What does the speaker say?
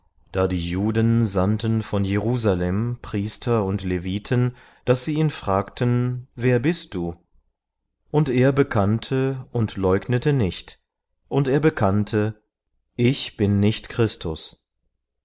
da die juden sandten von jerusalem priester und leviten daß sie ihn fragten wer bist du und er bekannte und leugnete nicht und er bekannte ich bin nicht christus